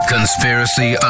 Conspiracy